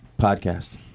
podcast